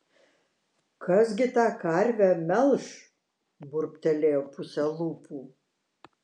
kas gi tą karvę melš burbtelėjo puse lūpų